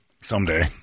someday